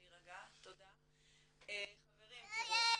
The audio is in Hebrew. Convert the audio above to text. חברים, תראו,